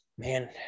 Man